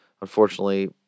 unfortunately